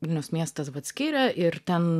vilniaus miestas vat skiria ir ten